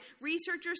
researchers